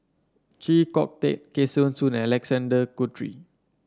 Chee Kong Tet Kesavan Soon and Alexander Guthrie